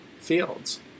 fields